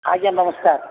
ଆଜ୍ଞା ନମସ୍କାର